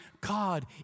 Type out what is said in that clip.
God